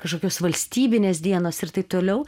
kažkokios valstybinės dienos ir taip toliau